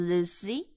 Lucy